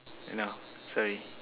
no sorry